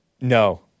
No